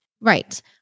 Right